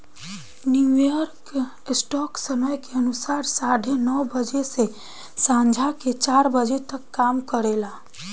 New York stock समय के अनुसार साढ़े नौ बजे से सांझ के चार बजे तक काम करेला